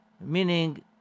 meaning